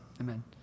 Amen